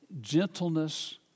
gentleness